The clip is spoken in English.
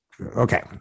okay